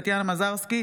טטיאנה מזרסקי,